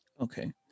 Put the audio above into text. Okay